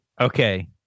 Okay